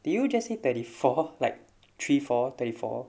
did you just say thirty four like three four thirty four